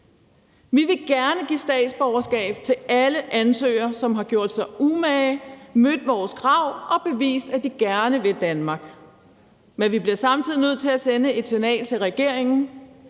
Vi vil gerne give statsborgerskab til alle ansøgere, som har gjort sig umage, mødt vores krav og bevist, at de gerne vil Danmark, men vi bliver samtidig nødt til at sende et signal til regeringen: